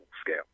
scale